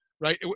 right